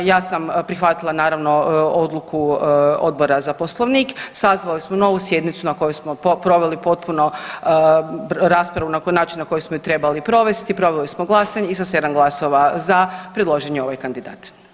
Ja sam prihvatila naravno odluku Odbora za Poslovnik, sazvali smo novu sjednicu na kojoj smo proveli potpuno raspravu na način na koju smo ju trebali provesti, proveli smo glasanje i sa 7 glasova za predložen je ovaj kandidat.